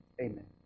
amen